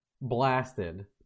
blasted